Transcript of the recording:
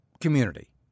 community